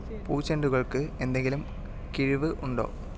പൂച്ചെണ്ടുകൾക്ക് എന്തെങ്കിലും കിഴിവ് ഉണ്ടോ